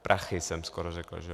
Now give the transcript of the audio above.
Prachy jsem skoro řekl, že?